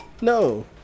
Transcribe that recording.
No